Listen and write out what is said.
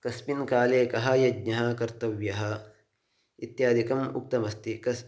कस्मिन् काले कः यज्ञः कर्तव्यः इत्यादिकम् उक्तमस्ति कस्य